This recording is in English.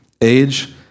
age